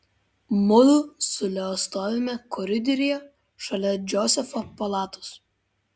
mudu su leo stovime koridoriuje šalia džozefo palatos